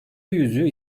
yüzü